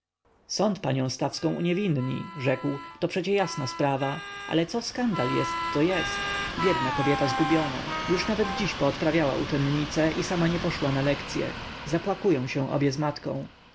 sąd panią stawską uniewinni rzekł to przecie jasna sprawa ale co skandal jest to jest biedna kobieta zgubiona już nawet dziś poodprawiała uczennice i sama nie poszła na lekcye zapłakują się obie z matką